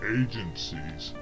agencies